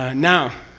ah now,